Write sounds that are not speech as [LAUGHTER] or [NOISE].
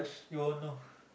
you won't know [BREATH]